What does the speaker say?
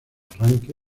arranque